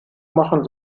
machen